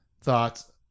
thoughts